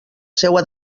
seua